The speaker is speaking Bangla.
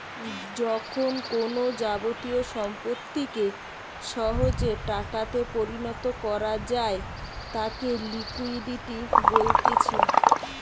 যখন কোনো যাবতীয় সম্পত্তিকে সহজে টাকাতে পরিণত করা যায় তাকে লিকুইডিটি বলতিছে